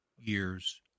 years